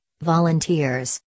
volunteers